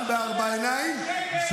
גם בארבע עיניים.